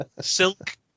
Silk